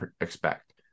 expect